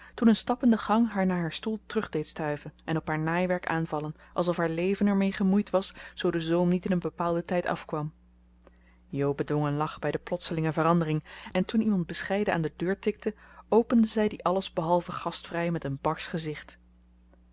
toen een stap in de gang haar naar haar stoel terug deed stuiven en op haar naaiwerk aanvallen alsof haar leven er mee gemoeid was zoo de zoom niet in een bepaalden tijd af kwam jo bedwong een lach bij de plotselinge verandering en toen iemand bescheiden aan de deur tikte opende zij die alles behalve gastvrij met een barsch gezicht